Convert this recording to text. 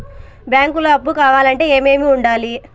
బ్యాంకులో అప్పు కావాలంటే ఏమేమి ఉండాలి?